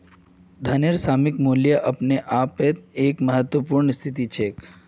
धनेर सामयिक मूल्य अपने आपेर एक महत्वपूर्ण स्थिति छेक